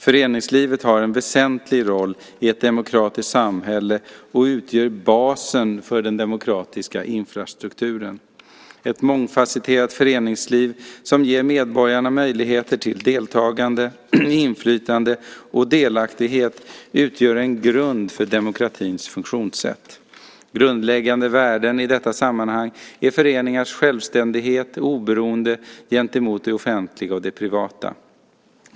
Föreningslivet har en väsentlig roll i ett demokratiskt samhälle och utgör basen i den demokratiska infrastrukturen. Ett mångfasetterat föreningsliv som ger medborgarna möjligheter till deltagande, inflytande och delaktighet utgör en grund för demokratins funktionssätt. Grundläggande värden i detta sammanhang är föreningarnas självständighet och oberoende gentemot det offentliga och det privata.